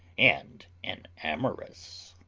and an amorous!